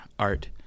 Art